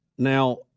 Now